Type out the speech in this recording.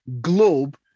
globe